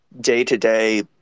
day-to-day